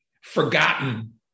forgotten